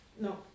no